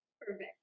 Perfect